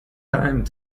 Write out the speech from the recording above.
time